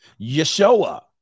Yeshua